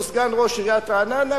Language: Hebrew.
הוא סגן ראש עיריית רעננה,